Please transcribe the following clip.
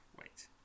Wait